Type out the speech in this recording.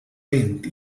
vent